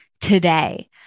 today